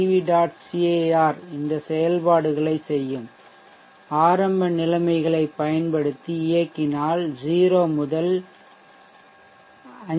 cir இந்த செயல்பாடுகளை செய்யும் ஆரம்ப நிலைமைகளைப் பயன்படுத்தி இயக்கினால் 0 முதல் 5ms 0